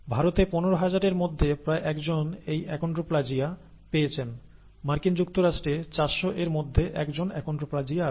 ভারতে 15000 এর মধ্যে প্রায় 1 জন এই অ্যাকন্ড্রোপ্লাজিয়া পেয়েছেন মার্কিন যুক্তরাষ্ট্রে 400 এর মধ্যে 1 জন অ্যাকন্ড্রোপ্লাজিয়া আছে